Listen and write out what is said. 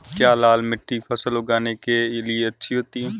क्या लाल मिट्टी फसल उगाने के लिए अच्छी होती है?